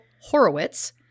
Horowitz